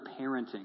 parenting